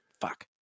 Fuck